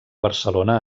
barcelona